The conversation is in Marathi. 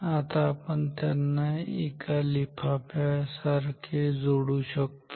आता आपण त्यांना अशाप्रकारे एका लिफाफ्यासारखे जोडू शकतो ठीक आहे